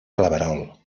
claverol